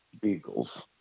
beagles